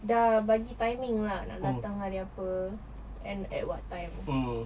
dah bagi timing lah nak datang hari apa and at what time